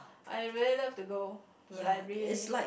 I really love to go to the library